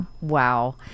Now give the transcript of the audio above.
Wow